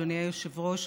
אדוני היושב-ראש,